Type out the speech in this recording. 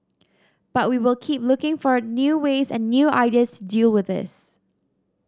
but we will keep looking for a new ways and new ideas deal with this